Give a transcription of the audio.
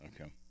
Okay